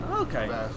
Okay